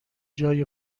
جای